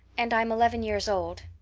and i'm eleven years old.